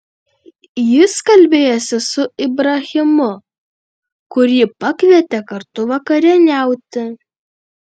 jis kalbėjosi su ibrahimu kurį pakvietė kartu vakarieniauti